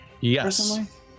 Yes